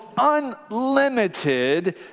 unlimited